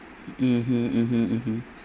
mmhmm mmhmm mmhmm